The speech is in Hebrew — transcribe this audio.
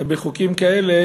בחוקים כאלה,